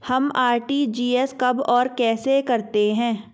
हम आर.टी.जी.एस कब और कैसे करते हैं?